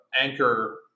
anchor